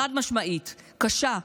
חד-משמעית וקשה.